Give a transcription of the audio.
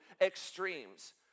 extremes